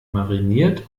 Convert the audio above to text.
mariniert